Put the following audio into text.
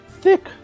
thick